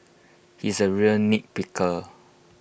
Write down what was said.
he is A real nitpicker